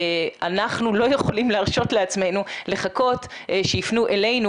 אנחנו לא יכולים להרשות לעצמנו לחכות שיפנו אלינו